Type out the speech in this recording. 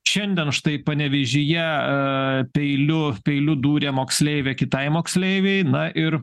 šiandien štai panevėžyje peiliu peiliu dūrė moksleivė kitai moksleivei na ir